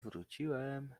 wróciłem